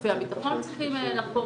גופי הביטחון צריכים לחקור.